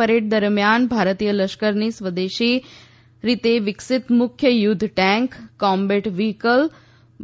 parade દરમિયાન ભારતીય લશ્કરની સ્વદેશી રીતે વિકસિત મુખ્ય યુદ્ધ ટેન્ક કોમ્બેટ વ્હિકલ